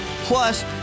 Plus